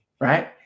Right